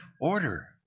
order